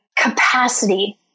capacity